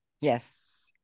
Yes